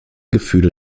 gefühle